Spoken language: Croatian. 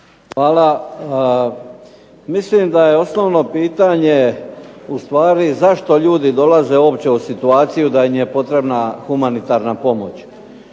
Hvala! Mislim da je osnovno pitanje u stvari zašto ljudi dolaze uopće u situaciju da im je potrebna pomoć?